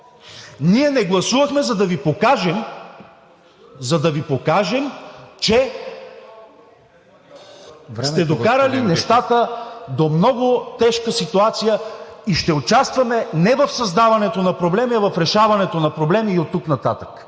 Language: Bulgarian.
Биков. ТОМА БИКОВ: …че сте докарали нещата до много тежка ситуация и ще участваме не в създаването на проблеми, а в решаването на проблеми и оттук нататък.